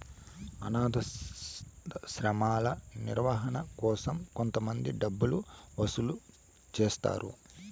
అనాధాశ్రమాల నిర్వహణ కోసం కొంతమంది డబ్బులు వసూలు చేస్తారు